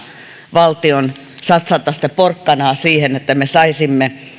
valtion satsata sitä porkkanaa siihen että me saisimme